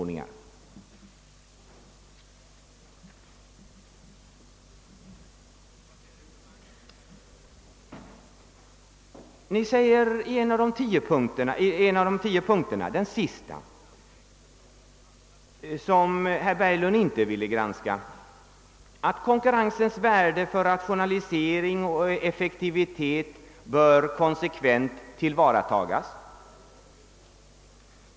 Ni säger i en av de tio punkterna, den sista som herr Berglund inte ville granska, att konkurrensens värde för rationalisering och effektivitet bör konsekvent tillvaratas.